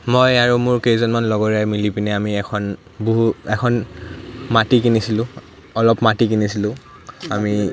মই আৰু মোৰ কেইজনমান কগৰীয়াই মিলি পিনে আমি এখন বহু এখন মাটি কিনিছিলোঁ অলপ মাটি কিনিছিলোঁ আমি